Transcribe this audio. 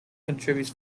contributes